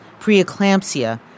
preeclampsia